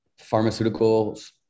pharmaceuticals